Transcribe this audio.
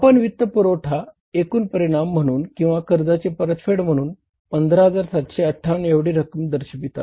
आपण वित्त पुरवठ्यावर एकूण परिणाम म्हणून किंवा कर्जाची परतफेड म्हणून 15758 एवढी रक्कम दर्शवीत आहेत